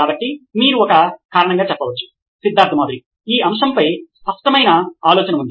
కాబట్టి మీరు ఒక కారణం చెప్పవచ్చు సిద్ధార్థ్ మాతురి సీఈఓ నోయిన్ ఎలక్ట్రానిక్స్ ఈ అంశంపై స్పష్టమైన ఆలోచన ఉంది